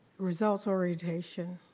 results orientation.